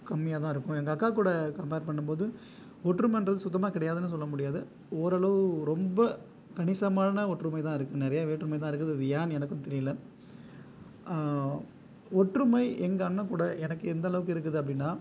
கம்மியாக தான் இருக்கும் எங்கள் அக்கா கூட கம்ப்பேர் பண்ணும் போது ஒற்றுமைன்றது சுத்தமாக கிடையாதுன்னு சொல்ல முடியாது ஓரளவு ரொம்ப கணிசமான ஒற்றுமை தான் இருக்கும் நிறையா வேற்றுமை தான் இருக்குது அது ஏன்னு எனக்கும் தெரியலை ஒற்றுமை எங்கள் அண்ணன் கூட எனக்கு எந்த அளவுக்கு இருக்குது அப்படினா